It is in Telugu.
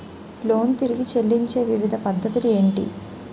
లోన్ తిరిగి చెల్లించే వివిధ పద్ధతులు ఏంటి?